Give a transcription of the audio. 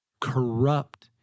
corrupt